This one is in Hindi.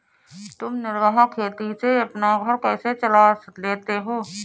तुम निर्वाह खेती से अपना घर कैसे चला लेते हो?